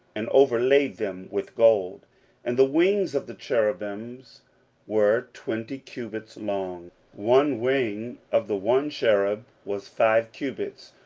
and overlaid them with gold and the wings of the cherubims were twenty cubits long one wing of the one cherub was five cubits,